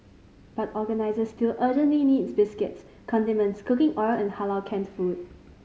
but organisers still urgently need biscuits condiments cooking oil and Halal canned food